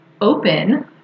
open